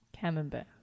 Camembert